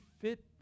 fit